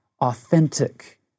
authentic